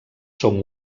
són